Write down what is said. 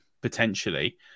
potentially